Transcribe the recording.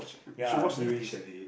ya then if it's